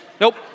Nope